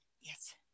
yes